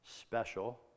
Special